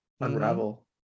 unravel